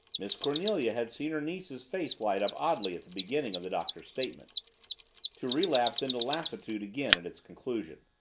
miss cornelia had seen her niece's face light up oddly at the beginning of the doctor's statement to relapse into lassitude again at its conclusion.